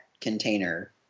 container